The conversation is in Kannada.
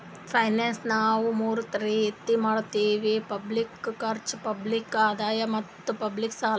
ಫೈನಾನ್ಸ್ ನಾವ್ ಮೂರ್ ರೀತಿ ಮಾಡತ್ತಿವಿ ಪಬ್ಲಿಕ್ ಖರ್ಚ್, ಪಬ್ಲಿಕ್ ಆದಾಯ್ ಮತ್ತ್ ಪಬ್ಲಿಕ್ ಸಾಲ